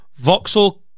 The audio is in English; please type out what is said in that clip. voxel